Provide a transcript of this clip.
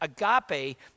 Agape